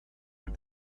and